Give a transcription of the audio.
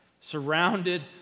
Surrounded